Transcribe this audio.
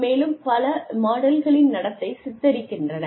மேலும் பல மாடல்களின் நடத்தை சித்தரிக்கின்றன